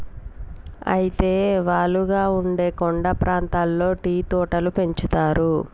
అయితే వాలుగా ఉండే కొండ ప్రాంతాల్లో టీ తోటలు పెంచుతారు